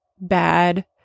bad